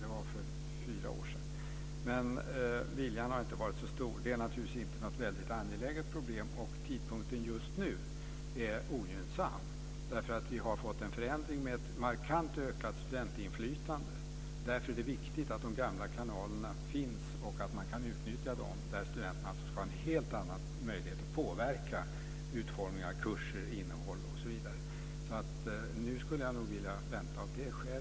Det var för fyra år sedan. Men viljan har inte varit så stor. Det är naturligtvis inte något väldigt angeläget problem, och tidpunkten just nu är ogynnsam därför att vi har fått en förändring med ett markant ökat studentinflytande. Därför är det viktigt att de gamla kanalerna finns och att man kan utnyttja dem. Där ska alltså studenterna ha en helt annat möjlighet att påverka utformningen av kurser, innehållet osv. Så nu skulle jag nog vilja vänta av det skälet.